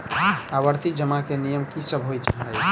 आवर्ती जमा केँ नियम की सब होइ है?